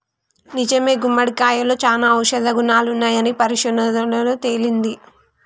నిజమే గుమ్మడికాయలో సానా ఔషధ గుణాలున్నాయని పరిశోధనలలో తేలింది